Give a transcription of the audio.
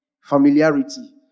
Familiarity